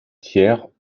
tiers